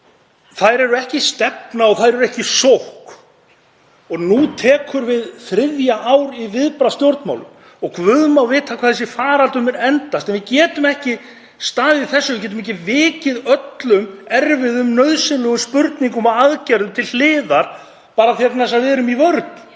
það er ekki stefna og það er ekki sókn. Nú tekur við þriðja ár í viðbragðsstjórnmálum og guð má vita hvað þessi faraldur mun endast en við getum ekki staðið í þessu, getum ekki vikið öllum erfiðum og nauðsynlegum spurningum og aðgerðum til hliðar bara vegna þess að við erum í vörn.